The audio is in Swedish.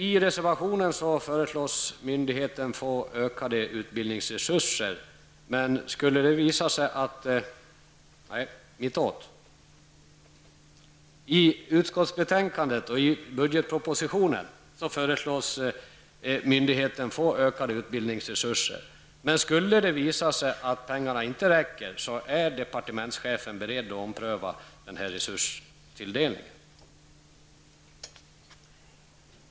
I budgetpropositionen och i utskottsbetänkandet föreslås myndigheten få ökade utbildningsresurser, men om det visar sig att pengarna inte räcker, är departementschefen beredd att ompröva resurstilldelningen.